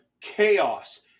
chaos